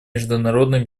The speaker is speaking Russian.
международной